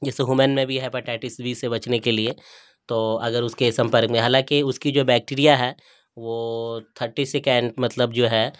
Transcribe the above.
جیسے ہوومین میں بھی ہیپاٹائٹیس بی سے بچنے کے لیے تو اگر اس کے سمپرک میں حالانکہ اس کی جو بیکٹیریا ہے وہ تھرٹی سکنڈ مطلب جو ہے